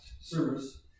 service